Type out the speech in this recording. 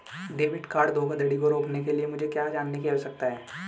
Debit card धोखाधड़ी को रोकने के लिए मुझे और क्या जानने की आवश्यकता है?